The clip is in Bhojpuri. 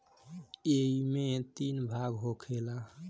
ऐइमे तीन भाग होखेला